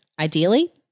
ideally